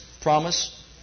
promise